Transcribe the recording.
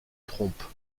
trompe